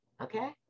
okay